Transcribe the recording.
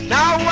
Now